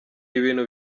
ibintu